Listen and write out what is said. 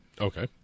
Okay